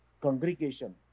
congregation